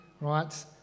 right